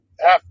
half